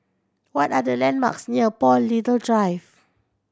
what are the landmarks near Paul Little Drive